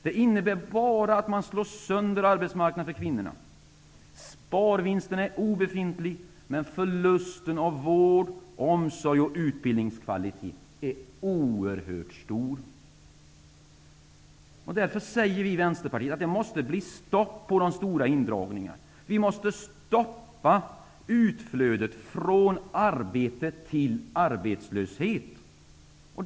Det innebär bara att man slår sönder arbetsmarknaden för kvinnorna. Sparvinsten är obefintlig men förlusten av vård, omsorg och utbildningskvalitet är oerhört stor. Därför säger vi att det måste bli stopp på de stora indragningarna. Vi måste stoppa utflödet från arbete till arbetslöshet.